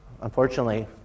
unfortunately